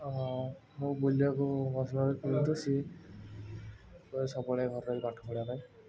ହଁ ମୁଁ ବୁଲିବାକୁ ବସିଲା ବେଳ ପର୍ଯ୍ୟନ୍ତ ସେ ପ୍ରାୟ ସବୁବେଳେ ଘରେ ରହିକି ପାଠ ପଢ଼ିବା ପାଇଁ